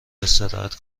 استراحت